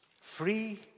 Free